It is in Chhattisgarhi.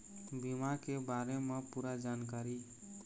बीमा के बारे म पूरा जानकारी?